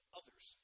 others